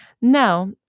Now